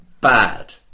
bad